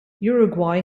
uruguay